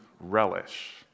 relish